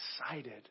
excited